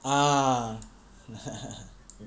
ah